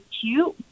cute